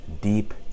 deep